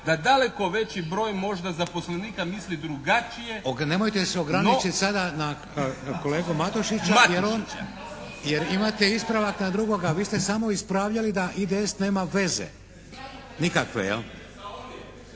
da daleko veći broj možda zaposlenika misli drugačije… **Šeks, Vladimir (HDZ)** Nemojte se ograničiti sada na kolegu Matušića jer imate ispravak na drugoga, vi ste samo ispravljali da IDS nema veze. Nikakve, jel'.